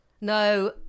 No